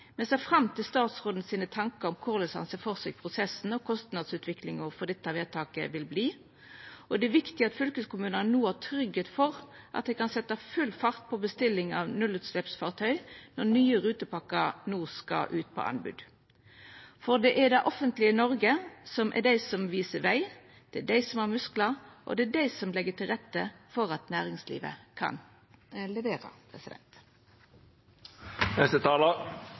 Me ser fram til statsråden sine tankar om korleis han ser for seg at prosessen og kostnadsutviklinga for dette vedtaket vil verta. Det er viktig at fylkeskommunane no har tryggleik for at dei kan setja full fart på bestilling av nullutsleppsfartøy når nye rutepakkar no skal ut på anbod. Det er det offentlege Noreg som viser veg, det er dei som har musklar, og det er dei som legg til rette for at næringslivet kan levera.